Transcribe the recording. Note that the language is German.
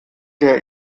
der